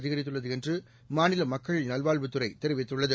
அதிகரித்துள்ளது என்று மாநில மக்கள் நல்வாழ்வுத்துறை தெரிவித்துள்ளது